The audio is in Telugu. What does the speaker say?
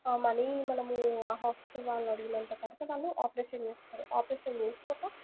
మనీ మనము ఆ హాస్పిటల్ వాళ్ళు అడిగినంత కడితే వాళ్ళు ఆపరేషన్ చేస్తారు ఆపరేషన్ చేసాక